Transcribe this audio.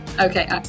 Okay